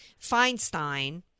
Feinstein